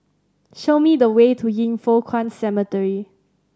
show me the way to Yin Foh Kuan Cemetery